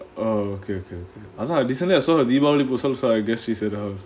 oh okay okay I thought I recently I saw deepavali post so I guess he's in the house